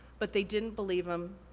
but they didn't believe em,